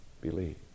believe